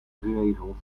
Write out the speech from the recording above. geregeld